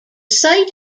site